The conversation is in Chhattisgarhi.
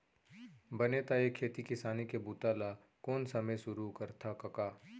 बने त ए खेती किसानी के बूता ल कोन समे सुरू करथा कका?